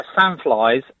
sandflies